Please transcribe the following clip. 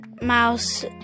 Mouse